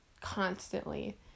constantly